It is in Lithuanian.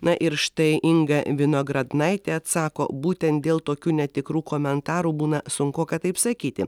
na ir štai inga vinogradnaitė atsako būtent dėl tokių netikrų komentarų būna sunkoka taip sakyti